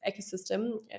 ecosystem